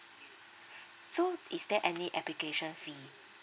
so is there any application fee